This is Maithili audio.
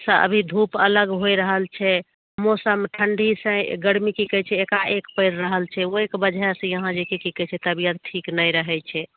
स अभी धुप अलग होए रहल छै मौसम ठण्डी सँ गर्मी एकाएक पैड़ि रहल छै ओहिके वजह सँ यहाँ जे की कहै छै तबियत ठीक नहि रहै छै